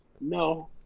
No